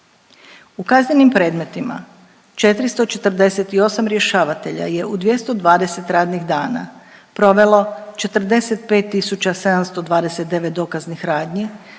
U kaznenim predmetima 448 rješavatelja je u 220 radnih dana provelo 45 tisuća 729 dokaznih radnji,